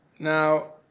Now